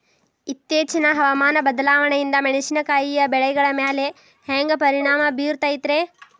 ಇತ್ತೇಚಿನ ಹವಾಮಾನ ಬದಲಾವಣೆಯಿಂದ ಮೆಣಸಿನಕಾಯಿಯ ಬೆಳೆಗಳ ಮ್ಯಾಲೆ ಹ್ಯಾಂಗ ಪರಿಣಾಮ ಬೇರುತ್ತೈತರೇ?